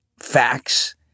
facts